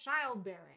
childbearing